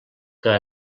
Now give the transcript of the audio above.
que